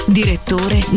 direttore